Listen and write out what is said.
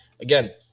again